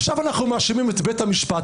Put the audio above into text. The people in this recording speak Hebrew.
עכשיו אנחנו מאשימים את בית המשפט,